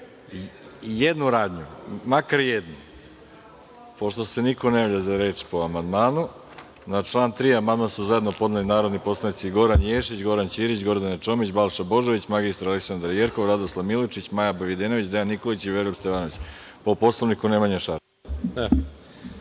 jednu radnju, makar jednu. Pošto se niko ne javlja za reč po amandmanu, na član 3. amandman su zajedno podneli narodni poslanici Goran Ješić, Goran Ćirić, Gordana Čomić, Balša Božović, magistar Aleksandra Jerkov, Radoslav Milojičić, Maja Videnović, Dejan Nikolić i Veroljub Stevanović. Po Poslovniku, Nemanja Šarović.